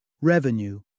revenue